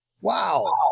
Wow